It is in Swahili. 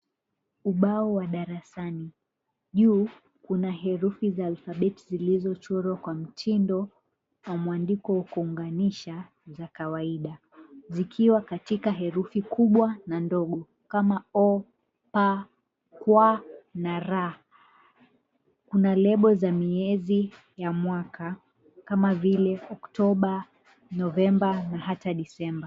Ubao wa darasani. Juu, kuna herufi za alfabeti zilizochorwa kwa mtindo wa muandiko wa kuunganisha za kawaida, zikiwa katika herufi kubwa na ndogo kama Oo, Pp,Qq, na Rr. Kuna lebo za miezi za mwaka kama vile Oktoba, Novemba na hata Disemba.